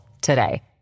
today